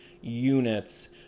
units